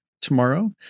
tomorrow